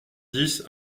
dix